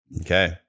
Okay